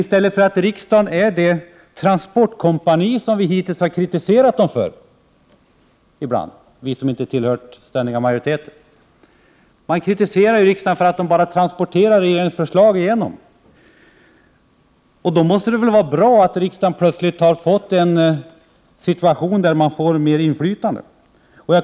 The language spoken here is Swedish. Istället för att vara det transportkompani som vi, som inte ständigt får vara med och bilda majoritet, ibland har kritiserat riksdagen för att vara — riksdagen får ju kritik för att den bara transporterar regeringens förslag — måste det väl vara bra att riksdagen plötsligt får mera inflytande.